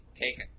take